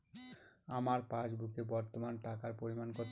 আমার পাসবুকে বর্তমান টাকার পরিমাণ কত?